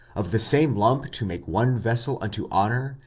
of the same lump to make one vessel unto honour,